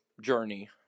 journey